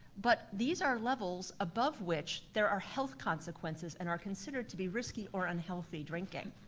but these are levels above which there are health consequences and are considered to be risky or unhealthy drinking.